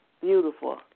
Beautiful